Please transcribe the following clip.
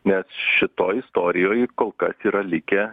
nes šitoj istorijoj kol kas yra likę